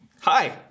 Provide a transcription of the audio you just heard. hi